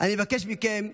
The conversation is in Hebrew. אני מבקש מכם תמיד,